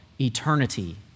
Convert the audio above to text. eternity